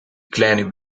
kleine